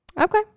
Okay